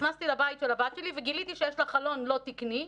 נכנסתי לבית של הבת שלי וגיליתי שיש לה חלון לא תקני,